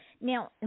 Now